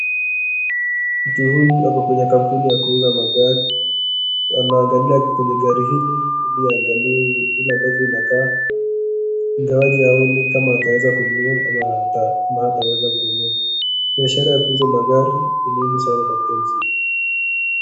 Mtu huyu ako kwenye kampuni ya kuuza magari anaangalia kwenye gari hili ili aangalie vile ambavyo inakaa. Ingawaji haoni kama ataweza kununua ama hataweza kununu, biashara ya kuuza magari ni muhumi sana katika nchi hii.